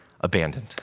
Abandoned